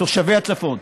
תושבי הצפון".